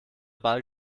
ball